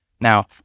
Now